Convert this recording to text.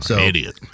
idiot